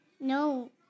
No